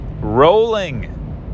rolling